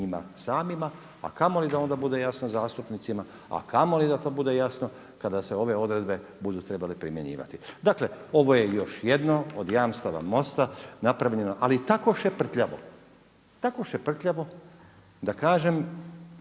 samima a kamoli da onda bude jasno zastupnicima, a kamoli da to bude jasno kada se ove odredbe budu trebale primjenjivati. Dakle ovo je još jedno od jamstava MOST-a napravljeno ali tako šeprtljavo da kažem,